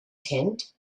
tent